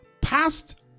past